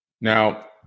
Now